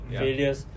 failures